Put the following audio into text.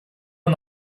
нам